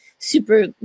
Super